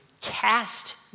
cast